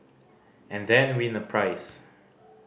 and then win a prize